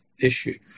issue